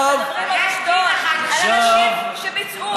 אנחנו מדברים על עובדות, על אנשים שביצעו עבירות.